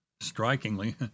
Strikingly